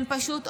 הם פשוט עוצרים.